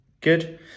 good